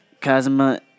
Kazuma